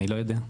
אני לא יודע.